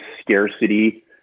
scarcity